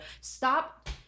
Stop